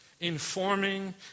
Informing